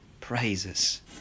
praises